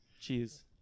Cheers